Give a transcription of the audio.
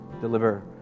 deliver